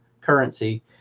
currency